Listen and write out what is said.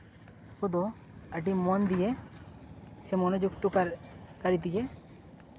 ᱠᱚᱫᱚ ᱟᱹᱰᱤ ᱢᱚᱱ ᱫᱤᱭᱮ ᱥᱮ ᱢᱚᱱᱚᱡᱩᱠᱛᱚᱠᱟᱨ ᱠᱟᱹᱨᱤ ᱛᱮᱜᱮ